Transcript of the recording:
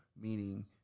meaning